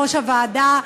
ראש הוועדה.